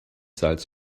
salz